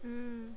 mm